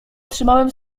otrzymałem